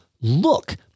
look